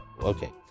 Okay